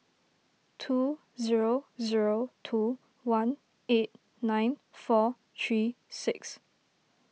two zero zero two one eight nine four three six